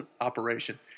operation